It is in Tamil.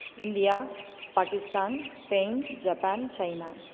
India Pakistan Spain Japan China